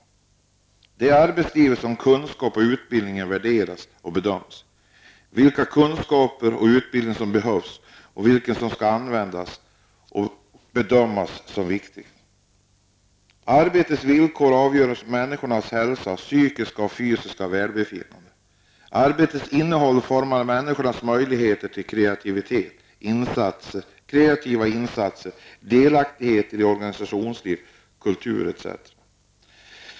Det är i arbetslivet som kunskap och utbildning värderas och bedöms. Där avgörs vilken kunskap och utbildning som behövs, skall användas och bedömas som viktig. Arbetets villkor är av avgörande betydelse för människors hälsa, psykiska och fysiska välbefinnande. Arbetets innehåll formar människors möjligheter till kreativa insatser, deltagande i organisationsliv, kultur etc.